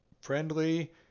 friendly